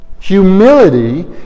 humility